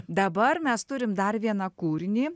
dabar mes turim dar vieną kūrinį